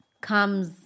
comes